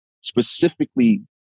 Specifically